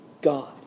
God